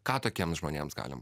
ką tokiems žmonėms galim